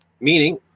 meaning